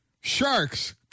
Sharks